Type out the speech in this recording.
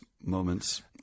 moments